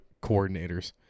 coordinators